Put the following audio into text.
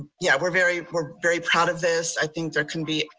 yeah, we're very we're very proud of this. i think there can be,